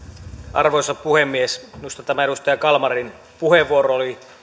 arvoisa puhemies minusta tämä edustaja kalmarin puheenvuoro oli